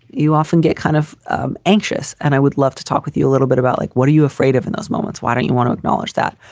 you often get kind of anxious. and i would love to talk with you a little bit about like, what are you afraid of in those moments? why don't you want to acknowledge that?